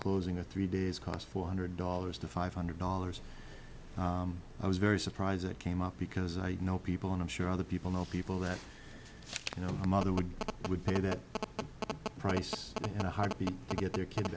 closing the three days cost four hundred dollars to five hundred dollars i was very surprised it came up because i know people and i'm sure other people know people that you know a mother would pay that price in a heartbeat to get their kids